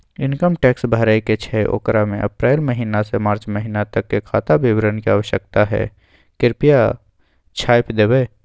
Income tax भरय के छै ओकरा में अप्रैल महिना से मार्च महिना तक के खाता विवरण के आवश्यकता हय कृप्या छाय्प देबै?